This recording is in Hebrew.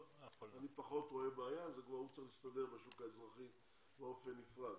אני פחות רואה בעיה כי הוא צריך להסתדר בשוק האזרחי באופן נפרד.